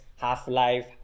Half-Life